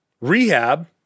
rehab